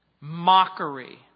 Mockery